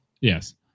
Yes